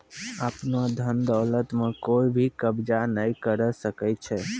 आपनो धन दौलत म कोइ भी कब्ज़ा नाय करै सकै छै